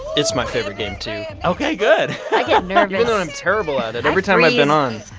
it's my favorite game, too ok, good i get nervous i'm terrible at it. every time i've been on.